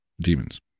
Demons